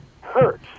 hurt